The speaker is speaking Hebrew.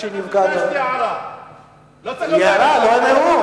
אל תהיה תמים פה,